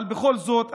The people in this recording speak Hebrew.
אבל בכל זאת,